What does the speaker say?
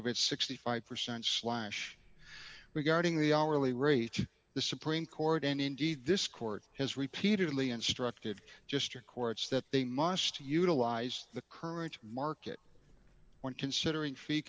of its sixty five percent slash regarding the hourly rate the supreme court and indeed this court has repeatedly instructed just your courts that they must utilize the current market when considering fee